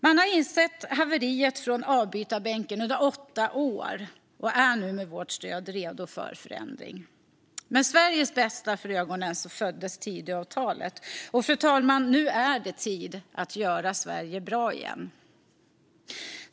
Man har insett haveriet från avbytarbänken under åtta år och är nu med vårt stöd redo för förändring. Med Sveriges bästa för ögonen föddes Tidöavtalet. Nu är det tid att göra Sverige bra igen, fru talman.